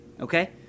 okay